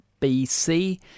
BC